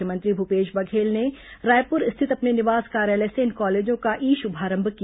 मुख्यमंत्री भूपेश बघेल ने रायपुर स्थित अपने निवास कार्यालय से इन कॉलेजों का ई शुभारंभ किया